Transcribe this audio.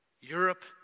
Europe